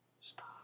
Stop